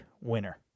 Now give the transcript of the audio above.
winner